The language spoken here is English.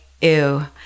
ew